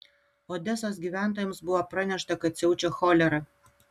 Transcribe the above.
odesos gyventojams buvo pranešta kad siaučia cholera